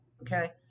okay